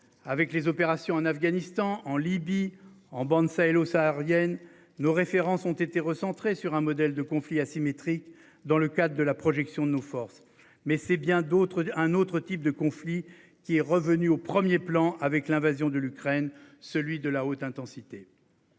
avec les opérations en Afghanistan en Libye en bande sahélo-saharienne nos références ont été recentrées sur un modèle de conflits asymétriques dans le cas de la projection de nos forces. Mais c'est bien d'autres, un autre type de conflit qui est revenu au 1er plan avec l'invasion de l'Ukraine, celui de la haute intensité.